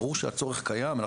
ברור שהצורך קיים,